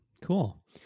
cool